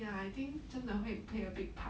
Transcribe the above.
ya I think 真的会 play a big part